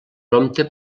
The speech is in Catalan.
prompte